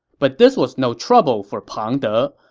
but this was no trouble for pang de.